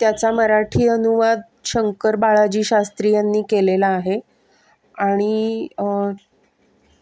त्याचा मराठी अनुवाद शंकर बाळाजी शास्त्री यांनी केलेला आहे आणि